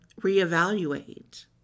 reevaluate